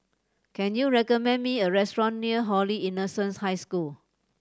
can you recommend me a restaurant near Holy Innocents' High School